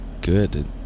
good